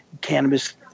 cannabis